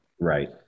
Right